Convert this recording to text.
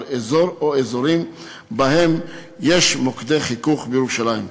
אזור או אזורים שבהם יש מוקדי חיכוך בירושלים.